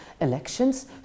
elections